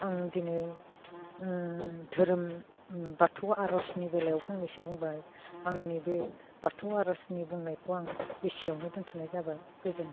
आं दिनै धोरोम बाथौ आर'जनि बेलायाव फंनैसो बुंबाय आंनि बे बाथौ आर'जनि बुंनायखौ आं एसेयावनो दोन्थ'नाय जाबाय गोजोन्थों